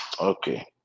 okay